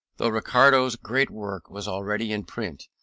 though ricardo's great work was already in print,